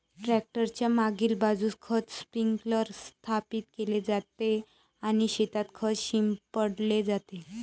tractor च्या मागील बाजूस खत स्प्रिंकलर स्थापित केले जाते आणि शेतात खत शिंपडले जाते